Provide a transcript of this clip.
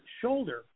shoulder